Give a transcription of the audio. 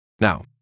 Now